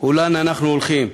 ולאן אנו הולכים,